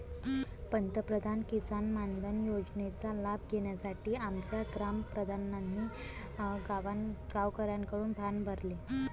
पंतप्रधान किसान मानधन योजनेचा लाभ घेण्यासाठी आमच्या ग्राम प्रधानांनी गावकऱ्यांकडून फॉर्म भरले